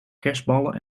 kerstballen